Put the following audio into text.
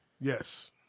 Yes